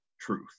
truth